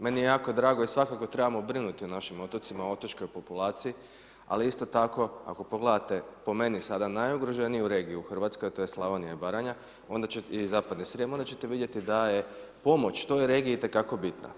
Meni je jako drago i svakako trebamo brinuti o našim otocima, o otočkoj populaciji, ali isto tako, ako pogledate po meni, sada najugroženiju regiju u Hrvatskoj, a to je Slavonija i Baranja i zapadni Srijem, onda ćete vidjeti da je pomoć toj regiji itekako bitno.